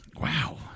Wow